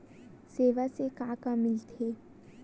सेवा से का का मिलथे?